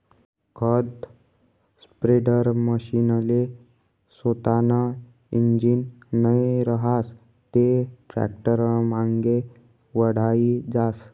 खत स्प्रेडरमशीनले सोतानं इंजीन नै रहास ते टॅक्टरनामांगे वढाई जास